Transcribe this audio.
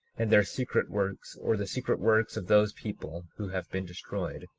and their secret works, or the secret works of those people who have been destroyed,